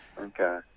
Okay